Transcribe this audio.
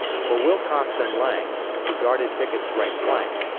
for wilcox and lang, who guarded pickett's right flank,